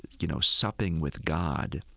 you know, supping with god,